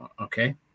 Okay